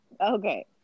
Okay